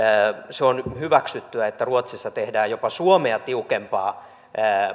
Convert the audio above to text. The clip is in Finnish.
se on hyväksyttyä että ruotsissa tehdään jopa suomea tiukempaa